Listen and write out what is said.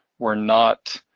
we're not